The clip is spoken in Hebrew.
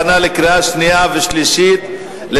התשע"א 2011,